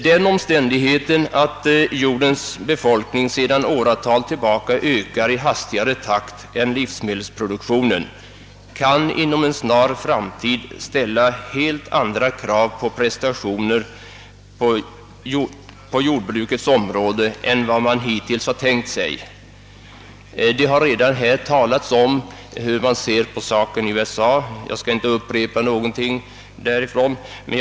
Den omständigheten att jordens befolkning sedan åratal tillbaka ökar i hastigare takt än livsmedelsproduktionen kan inom en snar framtid ställa helt andra krav på prestationer på jordbrukets område än man tidigare tänkt sig. Det har redan i debatten talats om hur man i USA ser på den saken, och jag skall inte upprepa det.